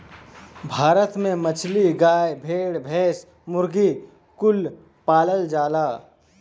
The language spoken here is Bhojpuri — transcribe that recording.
भारत में मछली, गाय, भेड़, भैंस, मुर्गी कुल पालल जाला